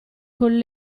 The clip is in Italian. con